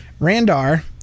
Randar